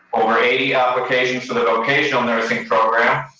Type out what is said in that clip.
over eighty applications for the vocational nursing program,